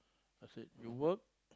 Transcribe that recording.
I said you work